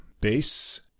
bass